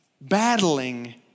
battling